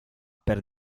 per